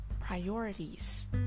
priorities